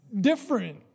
different